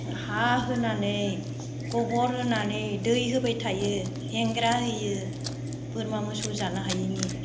हा होनानै गोबोर होनानै दै होबाय थायो हेंग्रा होयो बोरमा मोसौ जानो हायैनि